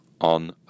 on